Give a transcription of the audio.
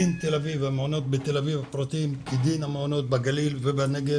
דין תל אביב והמעונות הפרטיים בתל אביב כדין המעונות בגליל ובנגב.